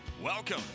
Welcome